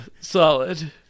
Solid